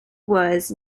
was